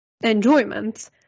enjoyment